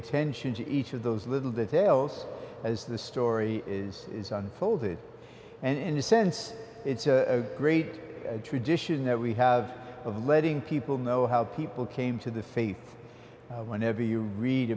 attention to each of those little details as the story is is on hold it and a sense it's a great tradition that we have of letting people know how people came to the faith whenever you read